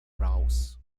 raus